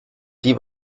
die